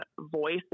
voice